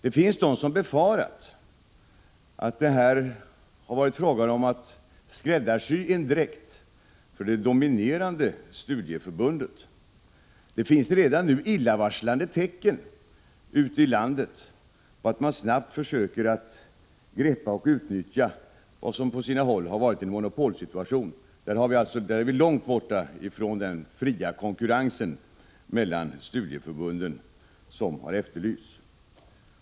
Det finns de som befarat att det har varit meningen att skräddarsy en dräkt för det dominerande studieförbundet. Det finns redan nu ute i landet illavarslande tecken på att man snabbt försöker att greppa och utnyttja vad som på sina håll varit en monopolsituation. Här är vi långt borta från den fria konkurrens mellan studieförbunden som har efterlysts.